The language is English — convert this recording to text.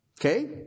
Okay